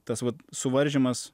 tas vat suvaržymas